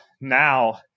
now